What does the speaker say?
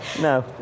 No